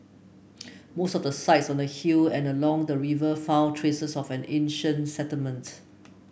most of the sites on the hill and along the river found traces of an ancient settlement